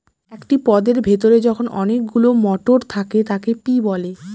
একটি পদের ভেতরে যখন অনেকগুলো মটর থাকে তাকে পি বলে